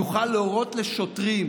יוכל להורות לשוטרים